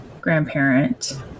grandparent